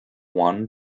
one